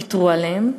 ויתרו עליהם,